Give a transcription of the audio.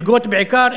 מלגות בעיקר,